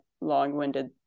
long-winded